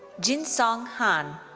jinsong han.